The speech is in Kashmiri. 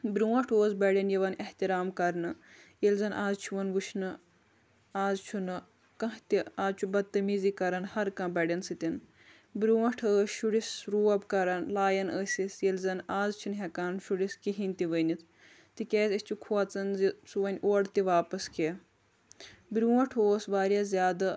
برٛوںٛٹھ اوس بڈٮ۪ن یِوان احترام کرنہٕ ییٚلہِ زن آز چھُ یِوان وٕچھنہٕ آز چھُنہٕ کانٛہہ تہِ آز چھُ بدتمیٖزی کران ہر کانٛہہ بڈٮ۪ن سۭتۍ برٛونٛٹھ ٲسی شُرِس روب کران لایان ٲسِس ییٚلہِ زن آز چھِنہٕ ہٮ۪کان شُرِس کہیٖنۍ تہِ ؤنِتھ تِکیٛازِ أسۍ چھِ کھوژان زِ سُہ ونہِ اورٕ تہِ واپس کینٛہہ برٛونٛٹھ اوس واریاہ زیادٕ